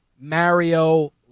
Mario